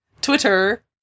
Twitter